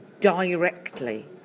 directly